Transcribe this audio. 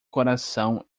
coração